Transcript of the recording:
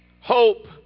hope